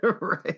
Right